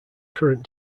current